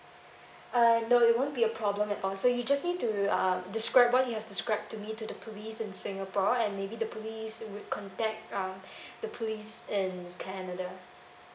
uh no it won't be a problem at all so you just need uh describe what you have described to me to the police in singapore and maybe the police will contact uh the police in canada